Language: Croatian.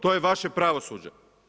To je vaše pravosuđe.